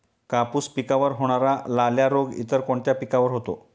कापूस पिकावर होणारा लाल्या रोग इतर कोणत्या पिकावर होतो?